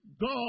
God